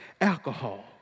alcohol